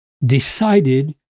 decided